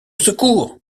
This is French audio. secours